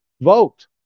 Vote